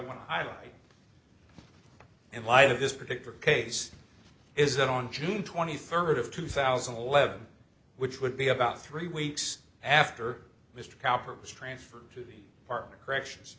want to highlight in light of this particular case is that on june twenty third of two thousand and eleven which would be about three weeks after mr cowper was transferred to the apartment corrections